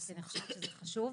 הנושא הזה חשוב.